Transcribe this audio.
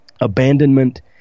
abandonment